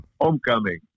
homecoming